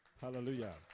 Hallelujah